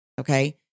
Okay